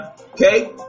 Okay